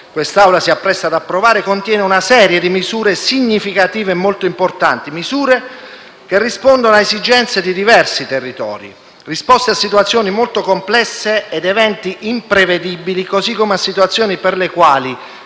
quest’Assemblea si appresta ad approvare contiene una serie di misure significative e molto importanti, che rispondono a esigenze di diversi territori, risposte a situazioni molto complesse e ad eventi imprevedibili, così come a situazioni per le quali,